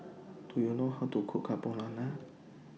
Do YOU know How to Cook Carbonara